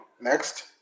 Next